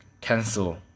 cancel